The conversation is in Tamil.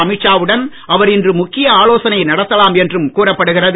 அமித்ஷா வுடன் அவர் இன்று முக்கிய ஆலோசன நடத்தலாம் என்றும் கூறப்படுகிறது